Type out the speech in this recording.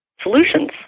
Solutions